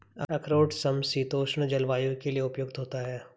अखरोट समशीतोष्ण जलवायु के लिए उपयुक्त होता है